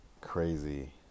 crazy